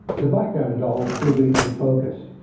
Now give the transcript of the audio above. the background doll will be in focus.